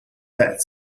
bet